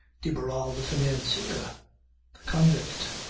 de barral the financier the convict.